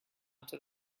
into